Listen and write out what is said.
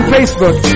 Facebook